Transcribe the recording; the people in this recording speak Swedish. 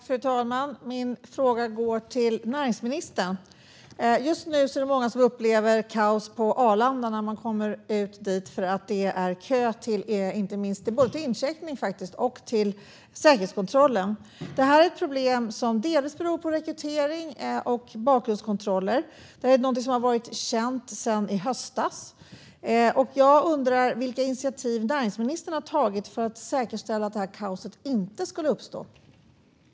Fru talman! Min fråga går till näringsministern. Just nu är det många som upplever kaos på Arlanda när de kommer ut dit för att det är kö till både incheckningen och säkerhetskontrollen. Detta är ett problem som delvis beror på rekrytering och bakgrundskontroller. Det är någonting som har varit känt sedan i höstas. Jag undrar vilka initiativ som näringsministern har tagit för att säkerställa att detta kaos inte skulle ha uppstått.